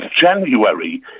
January